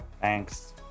thanks